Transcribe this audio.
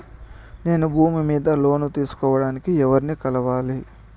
నేను భూమి మీద లోను తీసుకోడానికి ఎవర్ని కలవాలి?